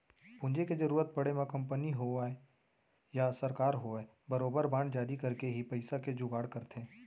पूंजी के जरुरत पड़े म कंपनी होवय या सरकार होवय बरोबर बांड जारी करके ही पइसा के जुगाड़ करथे